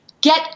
Get